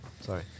Sorry